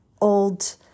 old